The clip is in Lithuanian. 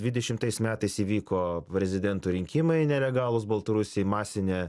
dvidešimtais metais įvyko prezidento rinkimai nelegalūs baltarusiai į masinę